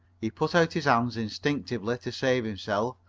he put out his hands, instinctively, to save himself,